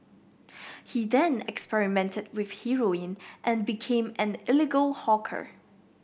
he then experimented with heroin and became an illegal hawker